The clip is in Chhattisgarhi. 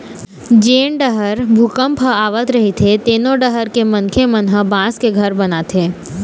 जेन डहर भूपंक ह आवत रहिथे तेनो डहर के मनखे मन ह बांस के घर बनाथे